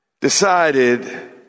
decided